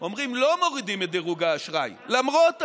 אומרים: לא מורידים את דירוג האשראי למרות הקורונה,